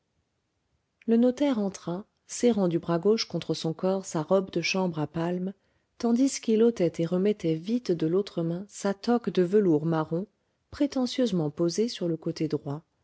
le notaire entra serrant du bras gauche contre son corps sa robe de chambre à palmes tandis qu'il ôtait et remettait vite de l'autre main sa toque de velours marron prétentieusement posée sur le côté droit